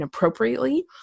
appropriately